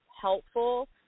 helpful